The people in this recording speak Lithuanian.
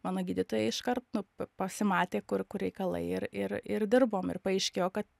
mano gydytoja iškart nu pa pasimatė kur kur reikalai ir ir ir dirbom ir paaiškėjo ka